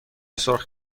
سرخ